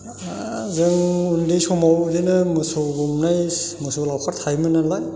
जों उन्दै समाव बिदिनो मोसौ गुमनाय मोसौ लावखार थायोमोन नालाय